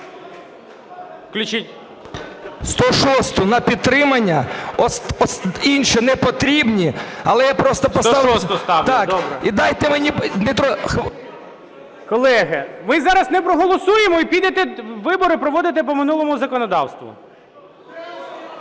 Колеги, ми зараз не проголосуємо, і підете вибори проводити по минулому законодавству.